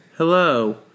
Hello